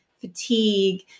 fatigue